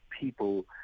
people